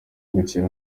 gushyira